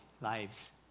lives